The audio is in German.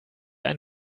ein